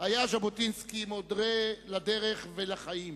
היה ז'בוטינסקי מורה לדרך ולחיים.